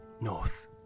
North